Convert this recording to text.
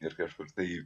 ir kažkur tai